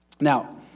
Now